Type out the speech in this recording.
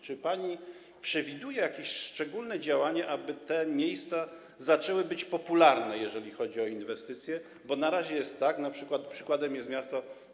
Czy pani przewiduje jakieś szczególne działania, aby te miejsca zaczęły być popularne, jeżeli chodzi o inwestycje, bo na razie jest tak, przykładem jest miasto